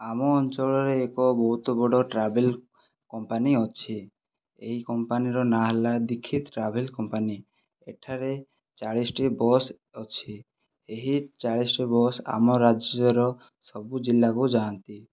ଆମ ଅଞ୍ଚଳରେ ଏକ ବହୁତ ବଡ଼ ଟ୍ରାଭେଲ କମ୍ପାନୀ ଅଛି ଏହି କମ୍ପାନୀର ନାଁ ହେଲା ଦିକ୍ଷୀତ ଟ୍ରାଭେଲ କମ୍ପାନୀ ଏଠାରେ ଚାଳିଶ ଟି ବସ ଅଛି ଏହି ଚାଳିଶ ଟି ବସ ଆମ ରାଜ୍ୟର ସବୁ ଜିଲ୍ଲାକୁ ଯାଆନ୍ତି